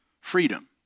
freedom